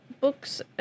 Books